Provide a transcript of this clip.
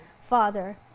father